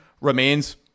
remains